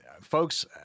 folks